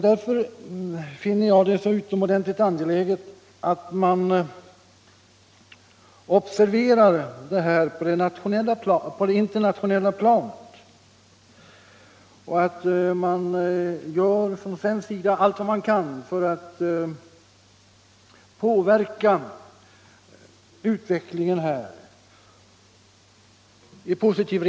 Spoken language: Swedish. Därför finner jag det vara utomordentligt angeläget att man på det internationella planet observerar den saken samt att vi från svensk sida gör allt vad vi kan för att påverka utvecklingen positivt.